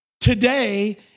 today